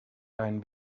dein